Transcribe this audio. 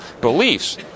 beliefs